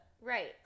Right